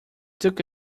took